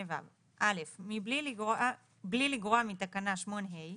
בלי לגרוע מתקנה 8ה,